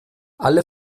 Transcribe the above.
alle